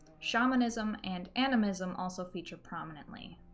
shamanism and animism also feature prominently.